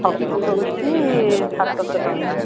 hockey ହେଉଛି ସାତ ଶହ ଟଙ୍କା